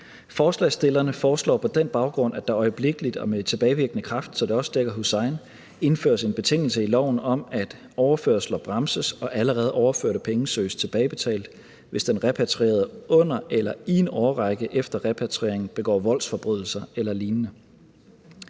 Forslagsstillerne foreslår på den baggrund, at der øjeblikkeligt og med tilbagevirkende kraft, så det også dækker Hussein, indføres en betingelse i loven om, at overførsler bremses, og at allerede overførte penge søges tilbagebetalt, hvis den repatrierede under eller i en årrække efter repatrieringen begår voldsforbrydelser eller lignende.